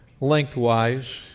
lengthwise